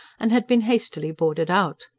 and had been hastily boarded out.